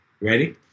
Ready